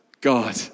God